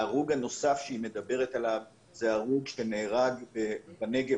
ההרוג הנוסף שהיא מדברת עליו הוא הרוג שנהרג בנגב,